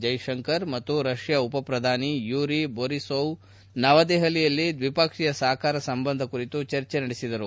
ಜೈಶಂಕರ್ ಮತ್ತು ರಷ್ಯಾ ಉಪ ಪ್ರಧಾನಿ ಯೂರಿ ಬೊರಿಸೊವ್ ನವದೆಹಲಿಯಲ್ಲಿ ದ್ವಿಪಕ್ಷೀಯ ಸಹಕಾರ ಸಂಬಂಧ ಕುರಿತು ಚರ್ಚೆ ನಡೆಸಿದರು